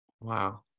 Wow